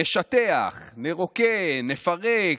נשטח, נרוקן, נפרק.